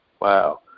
wow